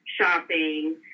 shopping